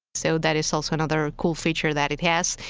so that is also another cool feature that it has.